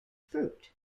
fruit